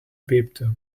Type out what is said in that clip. bebte